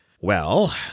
Well